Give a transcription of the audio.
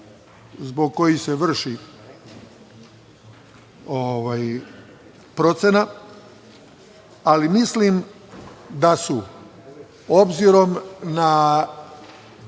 zbog kojih se vrši procena, ali mislim da su obzirom na,